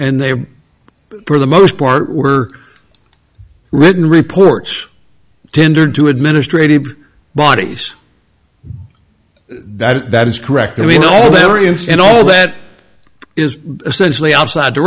and they were for the most part were written reports tendered to administrative bodies that that is correct i mean all variants and all that is essentially outside t